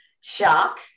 shock